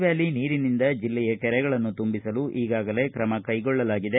valley ನೀರಿನಿಂದ ಜಿಲ್ಲೆಯಲ್ಲಿರುವ ಕೆರೆಗಳನ್ನು ತುಂಬಿಸಲು ಈಗಾಗಲೇ ಕ್ರಮ ಕೈಗೊಳ್ಳಲಾಗಿದೆ